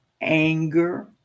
anger